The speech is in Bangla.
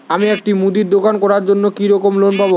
আমি একটি মুদির দোকান করার জন্য কি রকম লোন পাব?